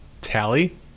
Tally